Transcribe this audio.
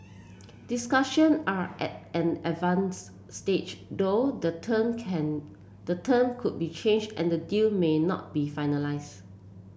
discussion are at an advance stage though the term can the term could be change and the deal may not be finalise